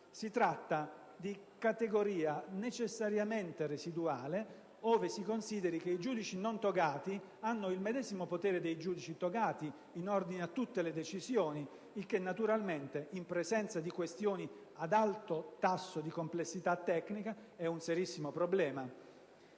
Si tratta di categoria necessariamente residuale, ove si consideri che i giudici non togati hanno il medesimo potere dei giudici togati in ordine a tutte le decisioni. Questo fatto, naturalmente, in presenza di questioni ad alto tasso di complessità tecnica, rappresenta un serissimo problema.